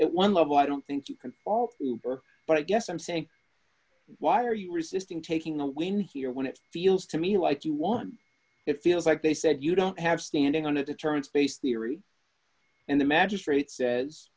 it one level i don't think you can all or but i guess i'm saying why are you resisting taking the wind here when it feels to me like you want it feels like they said you don't have standing on a deterrence based theory and the magistrate says